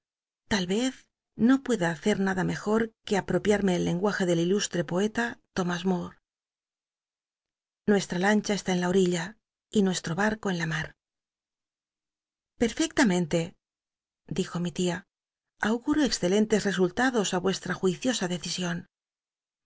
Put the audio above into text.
tal vez no pueda hacer nada mejor que apropiarme el lenguaje del ilustre poeta l'omás lioore nucstra ltlncha estfl en la orilla y nuestro barco en in m r perfectamente dijo nii tia augnro excelentes resultados á vuestra juiciosa dccision